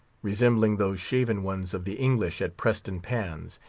resembling those shaven ones of the english at preston pans,